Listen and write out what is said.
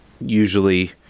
usually